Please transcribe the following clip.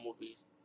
movies